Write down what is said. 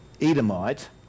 Edomite